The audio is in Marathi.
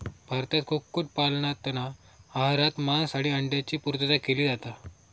भारतात कुक्कुट पालनातना आहारात मांस आणि अंड्यांची पुर्तता केली जाता